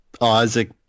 Isaac